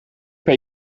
per